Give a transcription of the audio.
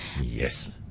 Yes